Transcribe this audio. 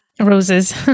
Roses